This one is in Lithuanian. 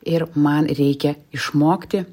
ir man reikia išmokti